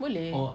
boleh